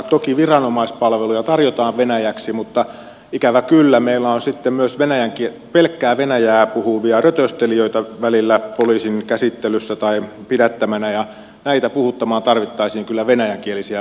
toki viranomaispalveluja tarjotaan venäjäksi mutta ikävä kyllä meillä on sitten myös pelkkää venäjää puhuvia rötöstelijöitä välillä poliisin käsittelyssä tai pidättämänä ja näitä puhuttamaan tarvittaisiin kyllä venäjänkielisiä poliisimiehiä